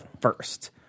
first